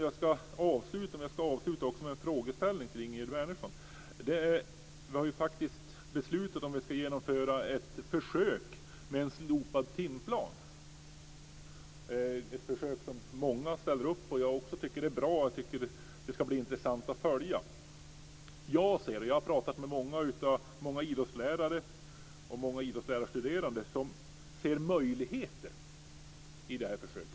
Jag ska avsluta med en frågeställning till Ingegerd Wärnersson. Det finns ju ett beslut om att genomföra ett försök med slopad timplan, ett försök som många ställer upp på och som jag tycker är bra. Jag tycker att det ska bli intressant att följa. Jag och många av de idrottslärare och idrottslärarstuderande som jag har pratat med ser möjligheter i det här försöket.